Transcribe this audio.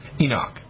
Enoch